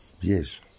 yes